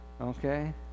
okay